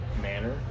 manner